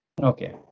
okay